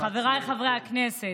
חבריי חברי הכנסת,